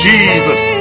Jesus